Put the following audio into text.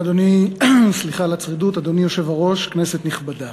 אדוני היושב-ראש, כנסת נכבדה,